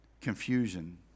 confusion